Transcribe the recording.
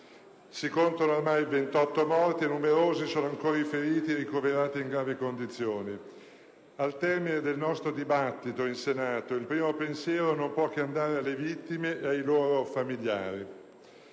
si contano ormai 28 morti e numerosi sono ancora i feriti ricoverati in gravi condizioni. Al termine del nostro dibattito in Senato, il primo pensiero non può che andare alle vittime e ai loro familiari.